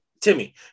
Timmy